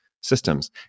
systems